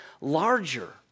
larger